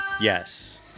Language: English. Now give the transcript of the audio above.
Yes